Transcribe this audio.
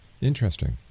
Interesting